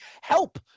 help